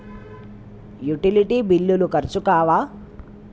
Utility బిల్లులు ఖర్చు కావా?